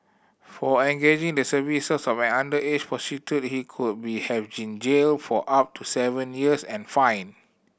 for engaging the services of an underage prostitute he could been have jailed for up to seven years and fined